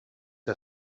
que